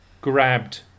grabbed